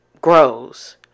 grows